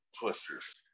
twisters